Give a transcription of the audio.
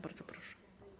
Bardzo proszę.